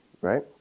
right